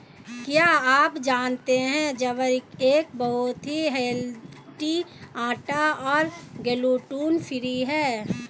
क्या आप जानते है ज्वार एक बहुत ही हेल्दी आटा है और ग्लूटन फ्री है?